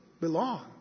belong